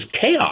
chaos